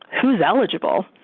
who is eligible?